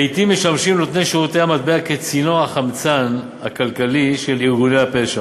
לעתים משמשים נותני שירותי המטבע כצינור החמצן הכלכלי של ארגוני הפשע.